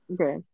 Okay